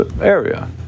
area